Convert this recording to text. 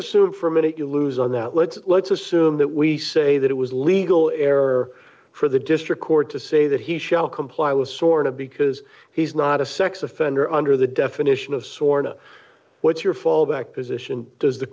assume for a minute you lose on that let's let's assume that we say that it was legal error for the district court to say that he shall comply with sort of because he's not a sex offender under the definition of sorta what's your fallback position does the